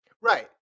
Right